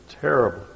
Terrible